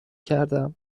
کردم